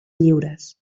lliures